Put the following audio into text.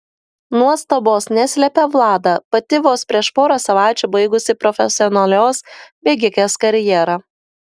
nuostabos neslepia vlada pati vos prieš porą savaičių baigusi profesionalios bėgikės karjerą